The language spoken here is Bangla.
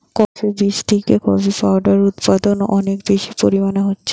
কফি বীজ থিকে কফি পাউডার উদপাদন অনেক বেশি পরিমাণে হচ্ছে